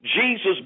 Jesus